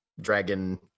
dragon